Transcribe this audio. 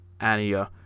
Ania